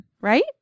right